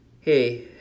Hey